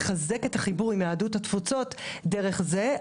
לחזק את החיבור עם יהדות התפוצות דרך זה,